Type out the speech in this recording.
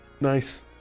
Nice